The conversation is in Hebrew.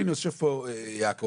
יושב פה יעקב,